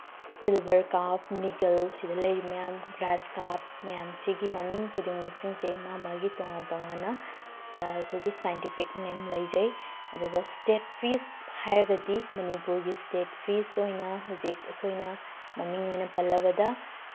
silver carp ꯅꯤꯒꯜ ꯁꯤꯗ ꯂꯩꯔꯤ ꯃꯌꯥꯝ ꯒ꯭ꯔꯥꯁ ꯀꯥꯞ ꯃꯌꯥꯝ ꯁꯤꯒꯤ ꯃꯃꯤꯡ ꯈꯨꯗꯤꯡꯃꯛꯁꯤꯡꯁꯤ ꯃꯥ ꯃꯥꯒꯤ ꯇꯣꯉꯥꯟ ꯇꯣꯉꯥꯟꯅ ꯑꯩꯈꯣꯏꯒꯤ ꯁꯥꯏꯟꯇꯤꯐꯤꯛ ꯅꯦꯝ ꯂꯩꯖꯩ ꯑꯗꯨꯒ ꯏꯁꯇꯦꯠ ꯐꯤꯁ ꯍꯥꯏꯔꯒꯗꯤ ꯃꯅꯤꯄꯨꯔꯒꯤ ꯏꯁꯇꯦꯠ ꯐꯤꯁ ꯑꯣꯏꯅ ꯍꯧꯖꯤꯛ ꯑꯩꯈꯣꯏꯅ ꯃꯃꯤꯡ ꯑꯣꯏꯅ ꯄꯜꯂꯕꯗ